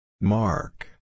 Mark